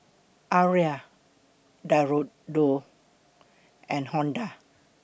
Arai Diadora and Honda